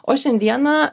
o šiandieną